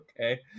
okay